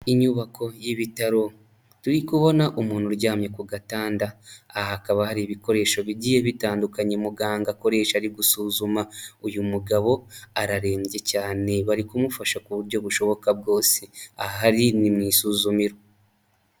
Inyubako y'ibitaro, turi kubona umuntu uryamye ku gatanda. Aha hakaba hari ibikoresho bigiye bitandukanya muganga akoresha ari gusuzuma. Uyu mugabo ararembye cyane bari kumufasha ku buryo bushoboka bwose aha ari ni mu isuzumiro.